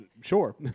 Sure